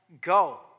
go